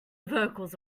vocals